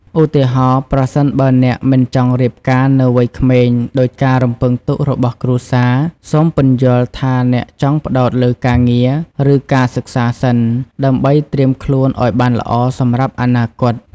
ឧទាហរណ៍ ប្រសិនបើអ្នកមិនចង់រៀបការនៅវ័យក្មេងដូចការរំពឹងទុករបស់គ្រួសារ សូមពន្យល់ថាអ្នកចង់ផ្ដោតលើការងារ ឬការសិក្សាសិន ដើម្បីត្រៀមខ្លួនឲ្យបានល្អសម្រាប់អនាគត។